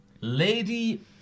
lady